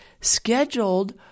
scheduled